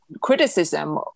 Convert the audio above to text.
criticism